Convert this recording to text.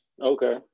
Okay